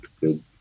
good